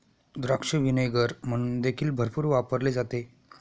द्राक्ष व्हिनेगर म्हणून देखील भरपूर वापरले जाते